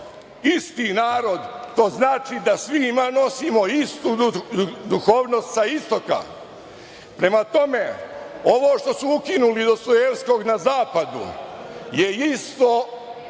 isti narod, to znači da svi nosimo istu duhovnost sa istoka. Prema tome, ovo što su ukinuli Dostojevskog na zapadu je isto